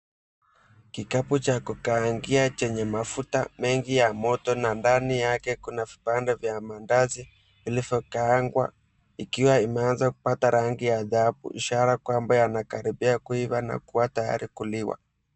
Kikapu cha kukaangia chenye mafuta mengi ya moto na ndani yake kuna vipande vya mandazi vilivyokaangwa ikiwa imeanza kupata rangi ya dhahabu ishara kwamba yamekaribia kuiva na kuwa tayari kuliwa.